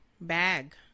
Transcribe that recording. Bag